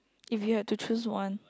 if you have to choose one